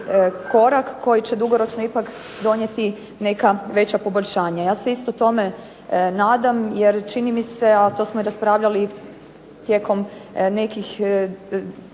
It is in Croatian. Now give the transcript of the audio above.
korak koji će dugoročno ipak donijeti neka veća poboljšanja. Ja se isto tome nadam jer čini mi se, a to smo i raspravljali tijekom nekih